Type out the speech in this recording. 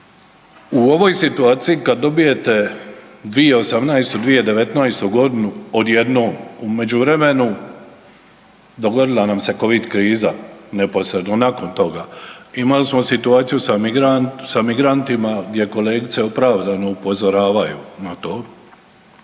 U ovoj situaciji kad dobijete 2018., 2019. godinu odjednom u međuvremenu dogodila nam se Covid kriza neposredno nakon toga, imali smo situaciju sa migrantima gdje kolegice opravdano upozoravaju na to